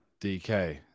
DK